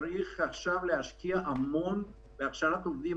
צריך להשקיע עכשיו המון בהכשרת עובדים.